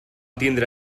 tindre